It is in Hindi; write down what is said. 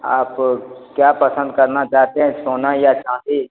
आप क्या पसन्द करना चाहते हैं सोना या चाँदी